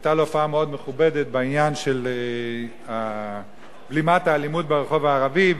היתה לו הופעה מאוד מכובדת בעניין של בלימת האלימות ברחוב הערבי,